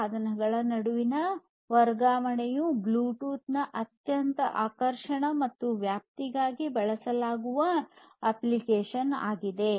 ಸಾಧನಗಳ ನಡುವಿನ ವರ್ಗಾವಣೆಯು ಬ್ಲೂಟೂತ್ ನ ಅತ್ಯಂತ ಆಕರ್ಷಕ ಮತ್ತು ವ್ಯಾಪಕವಾಗಿ ಬಳಸಲಾಗುವ ಅಪ್ಲಿಕೇಶನ್ ಆಗಿದೆ